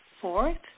fourth